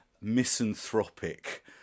misanthropic